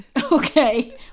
Okay